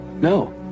No